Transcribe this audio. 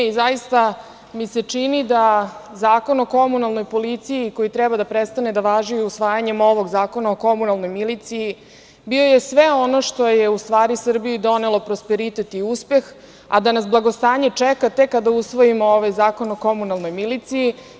Zaista mi se čini da Zakon o komunalnoj policiji koji treba da prestane da važi usvajanjem ovog zakona o komunalnoj miliciji, bio je sve ono što je, u stvari Srbiji donelo prosperitet i uspeh, a da nas blagostanje ček kada usvojimo ovaj zakon o komunalnoj miliciji.